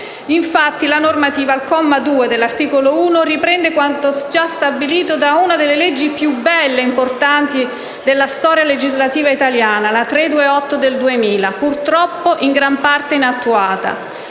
Infatti, la normativa, al comma 2 dell'articolo 1, riprende quanto già stabilito da una delle leggi più belle e importanti della storia legislativa italiana, la legge n. 328 del 2000, purtroppo in gran parte inattuata.